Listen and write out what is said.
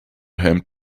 hemmt